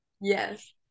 Yes